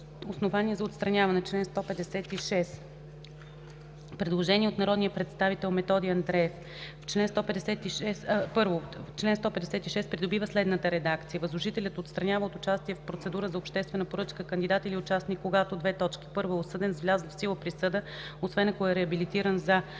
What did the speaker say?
„Основания за отстраняване”. Предложение от народния представител Методи Андреев: „1. Член 156 придобива следната редакция: „Възложителят отстранява от участие в процедура за обществена поръчка кандидат или участник, когато: 1. е осъден с влязла в сила присъда, освен ако е реабилитиран, за:”